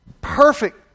perfect